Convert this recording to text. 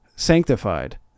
Sanctified